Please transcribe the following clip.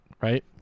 Right